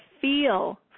feel